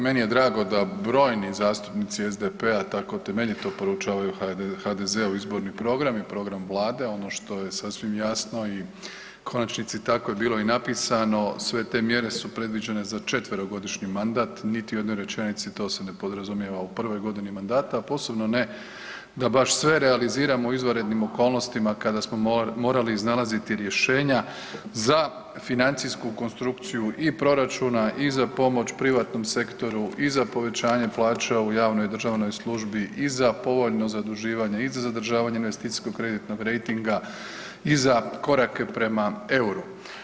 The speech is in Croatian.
Meni je drago da brojni zastupnici SDP-a tako temeljito proučavaju HDZ-ov izborni program i program Vlade, ono što je sasvim jasno i u konačnici, tako je bilo i napisano, sve te mjere su predviđene za 4-godišnji mandat, niti u jednoj rečenici to se ne podrazumijeva u prvoj godini mandata, a posebno ne da baš sve realiziramo u izvanrednim okolnostima kada smo morali iznalaziti rješenja za financijsku konstrukciju i proračuna i za pomoć privatnom sektoru i za povećanje plaća u javnoj i državnoj službi i za povoljno zaduživanje i za zadržavanje investicijskog kreditnog rejtinga i za korake prema euru.